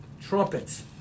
trumpets